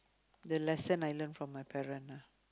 the lesson I learn from my parent ah